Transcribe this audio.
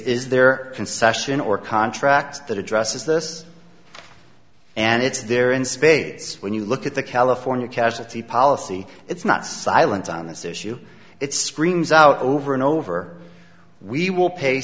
is there a concession or contract that addresses this and it's there in spades when you look at the california casualty policy it's not silent on this issue it screams out over and over we will pay